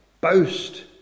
boast